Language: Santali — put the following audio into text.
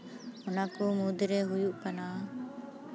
ᱚᱱᱟ ᱠᱚ ᱢᱩᱫᱽᱨᱮ ᱦᱩᱭᱩᱜ ᱠᱟᱱᱟ